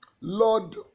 Lord